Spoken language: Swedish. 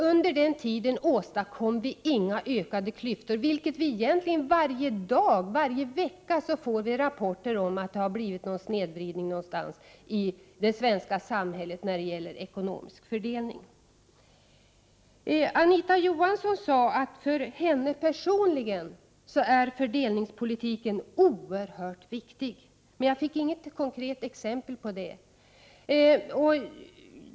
Under den tiden åstadkom vi inte några ökade klyftor. Men nu för tiden får vi varje dag eller varje vecka rapporter om att det någonstans i det svenska samhället har blivit någon snedvridning när det gäller ekonomisk fördelning. Anita Johansson sade att fördelningspolitiken för henne personligen är oerhört viktig. Men jag fick inget konkret exempel på det.